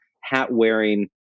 hat-wearing